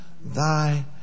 thy